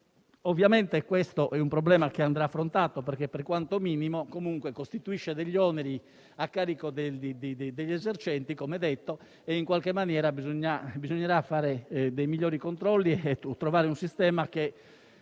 Ovviamente, questo è un problema che andrà affrontato perché, per quanto minimo, comunque costituisce degli oneri a carico degli esercenti, come detto, e in qualche maniera bisognerà fare dei migliori controlli e trovare un sistema che